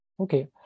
Okay